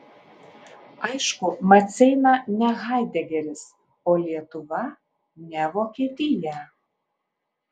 aišku maceina ne haidegeris o lietuva ne vokietija